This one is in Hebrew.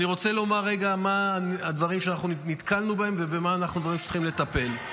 אני רוצה לומר רגע מה הדברים שנתקלנו בהם ובמה אנחנו צריכים לטפל.